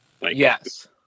Yes